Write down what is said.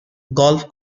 golf